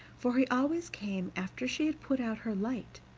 for he always came after she had put out her light,